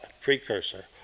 precursor